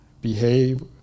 behave